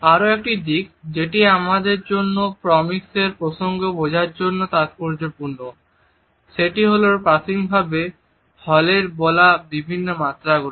আরো একটি দিক যেটি আমাদের জন্য প্রক্সেমিকস এর প্রসঙ্গ বোঝার জন্য তাৎপর্যপূর্ণ সেটি হল প্রাথমিকভাবে হলের বলা বিভিন্ন মাত্রাগুলি